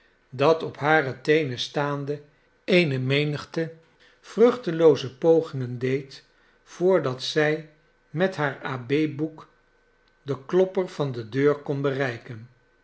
dat op hare teenen staande eene menigte vruchtelooze pogingen deed voordat zij met haar ab boek den klopper van de deur kon bereiken